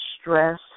stress